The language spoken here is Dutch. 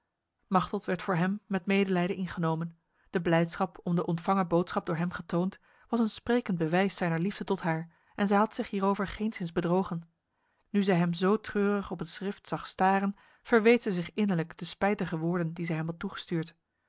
machteld werd voor hem met medelijden ingenomen de blijdschap om de ontvangen boodschap door hem getoond was een sprekend bewijs zijner liefde tot haar en zij had zich hierover geenszins bedrogen nu zij hem zo treurig op het schrift zag staren verweet zij zich innerlijk de spijtige woorden die zij hem had toegestuurd